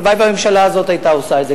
הלוואי שהממשלה הזאת היתה עושה את זה.